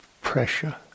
pressure